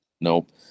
Nope